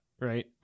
right